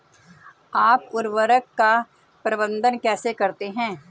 आप उर्वरक का प्रबंधन कैसे करते हैं?